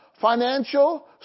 financial